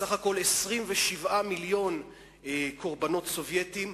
בסך הכול 27 מיליון קורבנות סובייטים.